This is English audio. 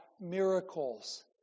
miracles